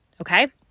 Okay